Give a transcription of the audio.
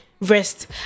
rest